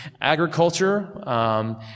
agriculture